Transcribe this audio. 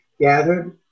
gathered